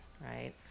right